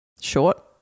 Short